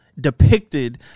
Depicted